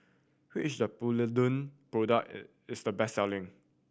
which Polident product is the best selling